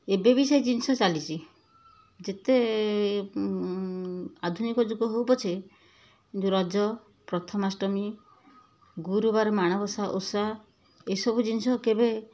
ଏବେ ବି ସେ ଜିନିଷ ଚାଲିଛି ଯେତେ ଆଧୁନିକ ଯୁଗ ହଉ ପଛେ ଯେଉଁ ରଜ ପ୍ରଥମାଷ୍ଟମୀ ଗୁରୁବାର ମାଣବସା ଓଷା ଏସବୁ ଜିନିଷ କେବେ